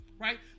Right